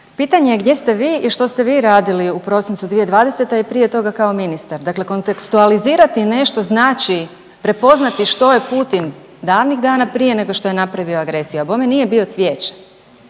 Pitanje je gdje ste vi i što ste vi radili u prosincu 2020. i prije toga kao ministar. Dakle, kontekstualizirati nešto znači prepoznati što je Putin davnih dana prije nego što je napravio agresiju, a bome nije bio cvijeće.